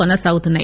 కొనసాగుతున్నాయి